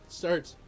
starts